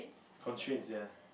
constraints ya